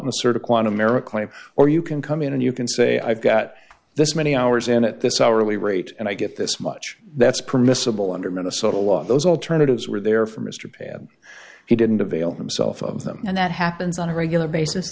claim or you can come in and you can say i've got this many hours and at this hour early rate and i get this much that's permissible under minnesota law those alternatives were there for mr pat he didn't avail himself of them and that happens on a regular basis